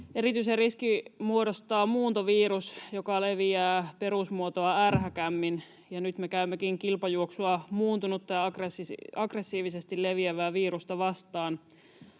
Erityisen riskin muodostaa muuntovirus, joka leviää perusmuotoa ärhäkämmin, ja nyt me käymmekin kilpajuoksua muuntunutta ja aggressiivisesti leviävää virusta vastaan.